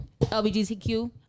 LGBTQ